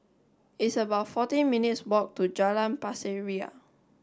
it's about fourteen minutes' walk to Jalan Pasir Ria